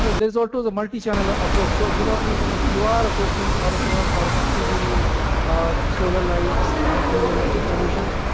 ah there's also a multichannel approach. so, you know, if if you are a person or a firm or company dealing in um solar lights and clean energy solutions,